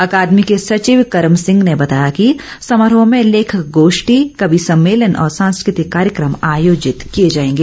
अकादमी के सचिव कर्म सिंह ने बताया कि समारोह में लेखक गोष्ठी कवि सम्मेलन और सांस्कृतिक कार्यक्रम आयोजित किए जाएंगे